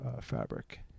fabric